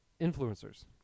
influencers